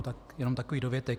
Tak to jenom takový dovětek.